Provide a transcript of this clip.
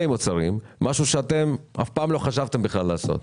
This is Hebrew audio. דבר שאתם אף פעם לא חשבתם בכלל לעשות.